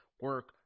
Work